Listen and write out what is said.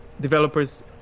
developers